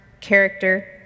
character